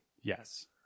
Yes